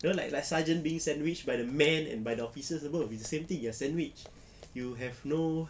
know like sergeant being sandwiched by the men and by the officer bro it's the same thing you're sandwiched you have no